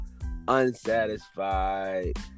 unsatisfied